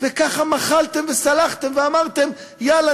וככה מחלתם וסלחתם ואמרתם: יאללה,